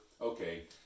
okay